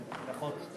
ברכות.